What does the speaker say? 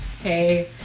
hey